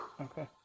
Okay